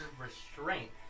restraint